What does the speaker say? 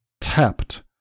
tapped